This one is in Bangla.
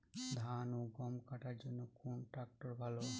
ধান ও গম কাটার জন্য কোন ট্র্যাক্টর ভালো?